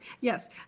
yes